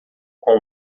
com